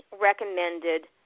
recommended